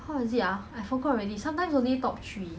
ya lor